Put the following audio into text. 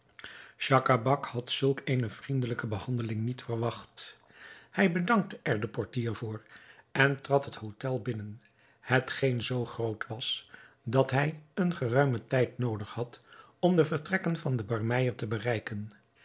schacabac had zulk eene vriendelijke behandeling niet verwacht hij bedankte er den portier voor en trad het hôtel binnen hetgeen zoo groot was dat hij een geruimen tijd noodig had om de vertrekken van den barmeyer te bereiken